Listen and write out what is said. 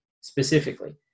specifically